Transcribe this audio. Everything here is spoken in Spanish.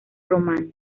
romano